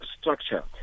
structure